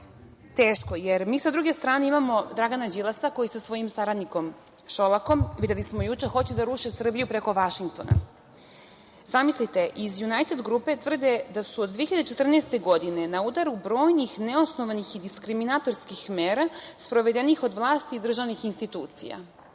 teško. Mi sa druge strane imamo Dragana Đilasa koji sa svojim saradnikom Šolakom, videli smo juče, hoće da ruše Srbiju preko Vašingtona. Zamislite, iz „Junajted Grupe“ tvrde da su od 2014. godine na udaru brojnih neosnovanih i diskriminatorskih mera sprovedenih od vlasti i državnih institucija.